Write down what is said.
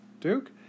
Duke